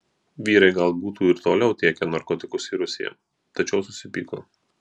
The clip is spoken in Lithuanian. vyrai gal būtų ir toliau tiekę narkotikus į rusiją tačiau susipyko